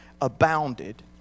abounded